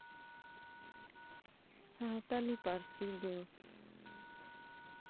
ᱥᱟᱱᱛᱟᱲᱤ ᱯᱟᱹᱨᱥᱤ ᱫᱚ